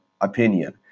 opinion